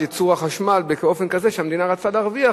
ייצור החשמל באופן כזה שהמדינה רצתה להרוויח,